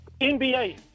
NBA